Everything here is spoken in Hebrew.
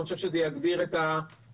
אני חושב שזה יגביר את האמון,